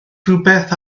rhywbeth